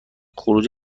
خروج